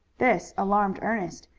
this alarmed ernest.